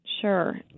Sure